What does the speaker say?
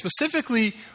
specifically